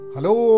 Hello